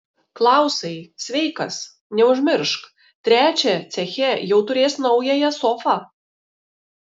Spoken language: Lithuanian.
klausai sveikas neužmiršk trečią ceche jau turės naująją sofą